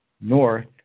north